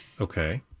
Okay